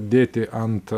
dėti ant